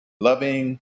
loving